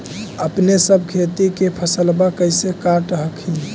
अपने सब खेती के फसलबा कैसे काट हखिन?